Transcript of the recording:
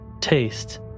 Taste